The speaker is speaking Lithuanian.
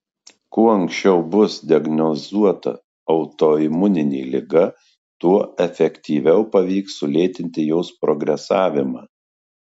kuo anksčiau bus diagnozuota autoimuninė liga tuo efektyviau pavyks sulėtinti jos progresavimą